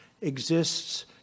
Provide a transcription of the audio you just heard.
exists